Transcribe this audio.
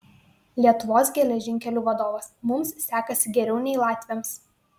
lietuvos geležinkelių vadovas mums sekasi geriau nei latviams